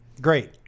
Great